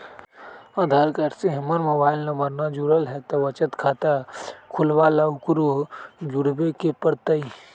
आधार card से हमर mobile number न जुरल है त बचत खाता खुलवा ला उकरो जुड़बे के पड़तई?